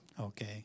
Okay